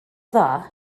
dda